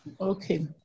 Okay